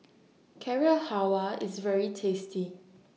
Carrot Halwa IS very tasty